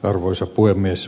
arvoisa puhemies